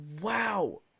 Wow